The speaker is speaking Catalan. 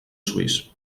suís